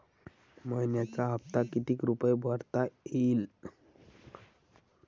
मइन्याचा हप्ता कितीक रुपये भरता येईल?